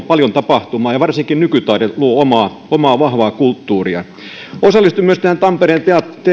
paljon tapahtumaa ja varsinkin nykytaide luo omaa omaa vahvaa kulttuuriaan osallistun myös tähän tampereen